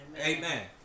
Amen